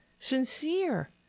Sincere